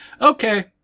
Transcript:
Okay